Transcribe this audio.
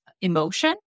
emotion